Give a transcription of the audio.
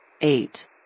Eight